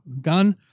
gun